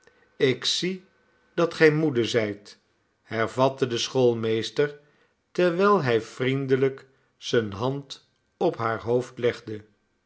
ik zie dat gij moede zijt hervatte de schoolmeester terwijl hij vriendelijk zijne hand op haar hoofd legde